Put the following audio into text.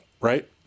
right